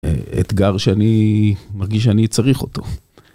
אתגר שאני מרגיש שאני צריך אותו.